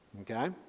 Okay